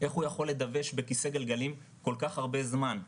איך הוא יכול לדווש בכיסא גלגלים כל כך הרבה זמן?